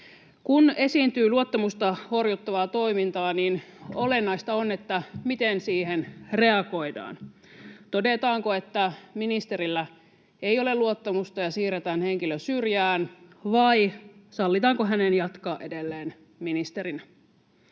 Kun esiintyy luottamusta horjuttavaa toimintaa, niin olennaista on, miten siihen reagoidaan. Todetaanko, että ministerillä ei ole luottamusta ja siirretään henkilö syrjään, vai sallitaanko hänen jatkaa edelleen ministerinä?